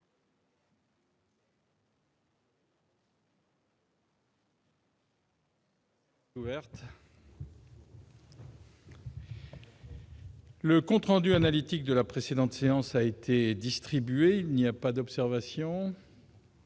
Le compte rendu analytique de la précédente séance a été distribué. Il n'y a pas d'observation ?